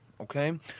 Okay